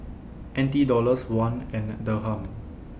N T Dollars Won and Dirham